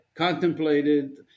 contemplated